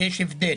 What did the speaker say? יש הבדל.